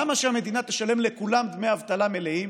למה שהמדינה תשלם לכולם דמי אבטלה מלאים